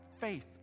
faith